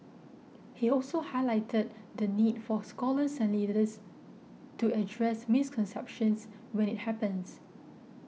he also highlighted the need for scholars and leaders to address misconceptions when it happens